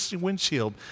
windshield